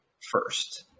first